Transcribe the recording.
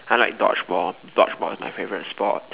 I like dodgeball dodgeball is my favorite sport